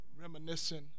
reminiscing